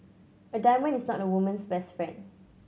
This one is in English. a diamond is not a woman's best friend